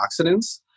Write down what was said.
antioxidants